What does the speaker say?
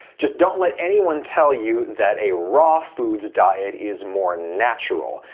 just don't let anyone tell you that a raw foods diet is more natural,